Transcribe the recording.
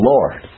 Lord